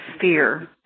fear